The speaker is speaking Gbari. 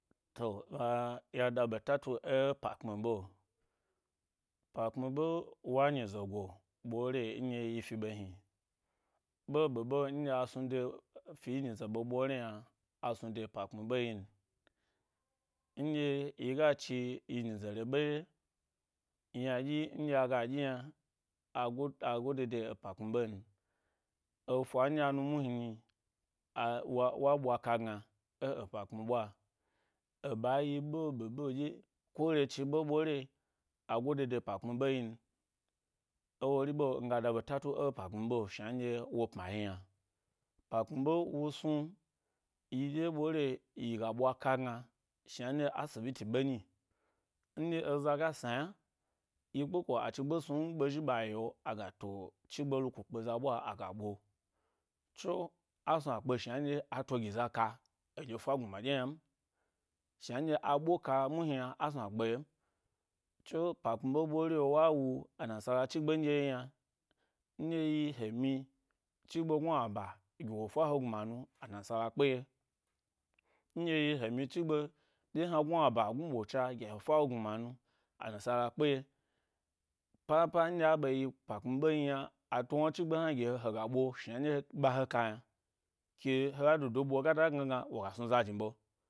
To, a-ya da ɓda tu ẻ pa kpmi be, pa kpmi ɓe wa nyi ze go-ɓore nɗye yi fi ɓe hni, ɓeɓe in dye a snu de fi nyi ɓ ɓore yna asnu de’ pa kpmi ɓe yi yin. Nɗye yi ga chi yi nyi ze re ɓe wye, ynadyi nɗye aga dyi yna n go-a gode de epa kpmi ɓe n. Efa nɗye nu muni nyi, wo ɓwo ka gna, ẻ epa kpmi ɓwa, e ɓa yi ɓe ɓe ɓe ɗye ko re chi ɓe ɓore, a gode de ‘pa kpmi ɓe yin ewori ɓe miga da ɓeta tu epa kpmi ɓe shna nɗye wo ‘pma yi yna. ‘pa kpmi ɓe, wo snu yi ɗye ɓore yiga ɓwa ka gna shna nɗye asibilo ɓe nyi nɗye eza ga sna yna yi kpeko achigbe snu yi ɓe zhi ɓa yi’o, aga to chigbe luku kpe za eɓwa aga ɓo, tso, asnu, a kpe shna nɗye a to gi zika eɗye fa gnuma ɗye yna m, shna nɗye a ɓo ka mu hni yna a snu a kpe yem tso ‘pa kpmi ɓe ɓore wa wu a nansala chigbe nɗye yi yna, nɗye yi he mi chi gbe gnu aba wo fa he gnuma nu, anansala kpe ye, ndye yi he mi chigbe ɗye hna gnu aba gnuɓo da gye e fa he gnuma nu anansala kpe ye. Papa nɗye a ɓe yi ‘pa kpmi ɓe m yna la to wna chigbe hna gi he he go ɓo shna ndye ɓa he ka yna ke ha dodo ɓo ga da gna gna, woga snu za zhni ɓe.